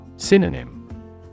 Synonym